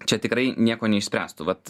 čia tikrai nieko neišspręstų vat